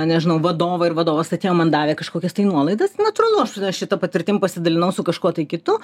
nežinau vadovą ir vadovas atėjo man davė kažkokias tai nuolaidas natūralu aš su šita patirtim pasidalinau su kažkuo tai kitu